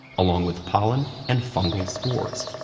along with pollen and fungal spores.